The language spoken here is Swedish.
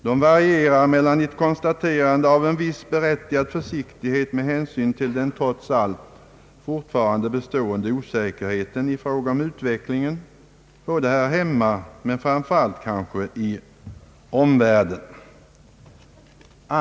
De varierar från ett konstaterande av en viss berättigad försiktighet med hänsyn till den trots allt fortfarande bestående osäkerheten i fråga om utvecklingen här hemma och kanske framför allt i omvärlden.